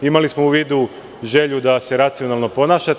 Imali smo u vidu želju da se racionalno ponašate.